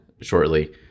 shortly